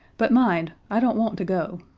but mind, i don't want to go.